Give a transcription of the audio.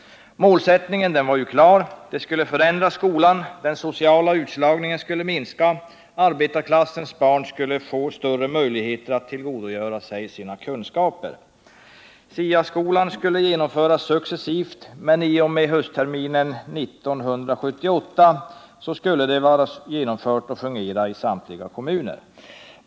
Målsättningen var klar. Det skulle förändra skolan, den sociala utslagningen skulle minska och arbetarklassens barn skulle få större möjligheter att tillgodogöra sig kunskaper. SIA-skolan skulle genomföras successivt, men i och med höstterminen 1978 skulle hela det nya systemet vara genomfört i samtliga kommuner.